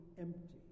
empty